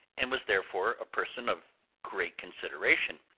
and was therefore a person of great consideration,